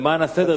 למען הסדר,